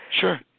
Sure